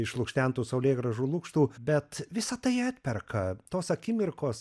išlukštentų saulėgrąžų lukštų bet visa tai atperka tos akimirkos